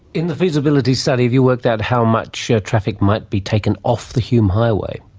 in the feasibility study have you worked out how much traffic might be taken off the hume highway?